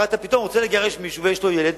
אבל אתה רוצה לגרש מישהו ויש לו ילד,